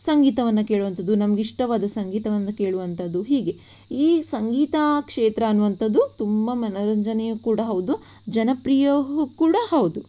ಸಂಗೀತವನ್ನು ಕೇಳುವಂಥದ್ದು ನಮಗಿಷ್ಟವಾದ ಸಂಗೀತವನ್ನು ಕೇಳುವಂಥದ್ದು ಹೀಗೆ ಈ ಸಂಗೀತ ಕ್ಷೇತ್ರ ಅನ್ನುವಂಥದ್ದು ತುಂಬ ಮನೋರಂಜನೆಯೂ ಕೂಡ ಹೌದು ಜನಪ್ರಿಯವೂ ಕೂಡ ಹೌದು